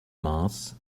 mass